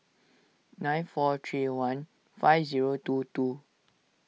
nine four three one five zero two two